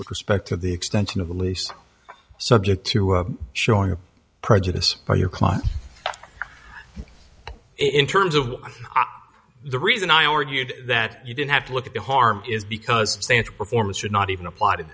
with respect to the extension of the lease subject to showing prejudice for your client in terms of the reason i argued that you didn't have to look at the harm is because santa performance should not even apply to